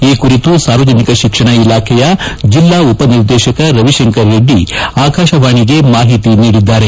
ಈ ಕುರಿತು ಸಾರ್ವಜನಿಕ ಶಿಕ್ಷಣಾ ಇಲಾಖೆಯ ಜಿಲ್ಲಾ ಉಪನಿರ್ದೇತಕ ರವಿಶಂಕರ ರೆಡ್ಡಿ ಆಕಾಶವಾಣಿಗೆ ಮಾಹಿತಿ ನೀಡಿದ್ದಾರೆ